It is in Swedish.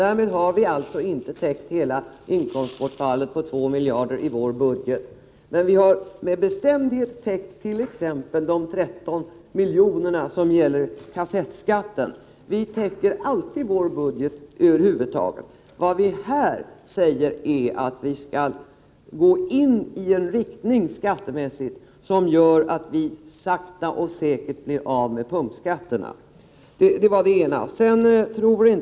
Därmed har vi alltså inte täckt hela inkomstbortfallet på 2 miljarder i vår budget, men vi har med bestämdhet täckt t.ex. de 13 miljoner som gäller kassettskatten. Vi täcker alltid våra budgetar. Vi vill i detta fall gå i en sådan riktning skattemässigt att vi sakta och säkert blir av med punktskatterna.